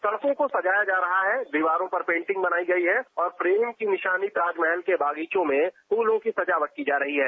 सड़कों को सजाया जा रहा है दीवारों पर पेटिंग बनाई गई हैं और प्रेम की निशानी ताजमहल के बागीचों में फूलों की सजावट की जा रही है